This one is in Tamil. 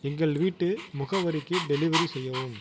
எங்கள் வீட்டு முகவரிக்கு டெலிவரி செய்யவும்